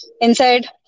inside